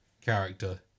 character